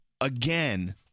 again